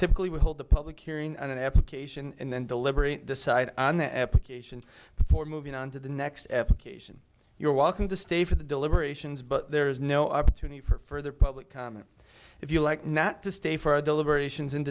typically we hold a public hearing and an application and then deliberate decide on the application for moving on to the next application you're welcome to stay for the deliberations but there is no opportunity for further public comment if you like not to stay for a deliberations